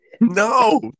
No